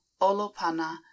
Olopana